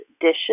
dishes